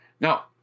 Now